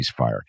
ceasefire